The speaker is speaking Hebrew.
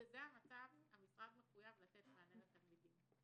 משזה המצב המשרד מחויב לתת מענה לתלמידים.